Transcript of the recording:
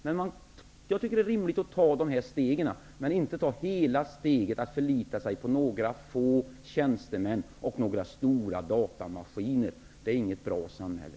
Det är rimligt att ta dessa steg, men inte att ta hela steget och förlita sig på några få tjänstemän och några stora datamaskiner. Det blir inget bra samhälle.